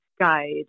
guide